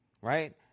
right